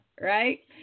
right